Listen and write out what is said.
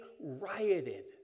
rioted